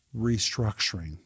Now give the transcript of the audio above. restructuring